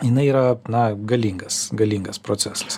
jinai yra na galingas galingas procesas